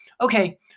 okay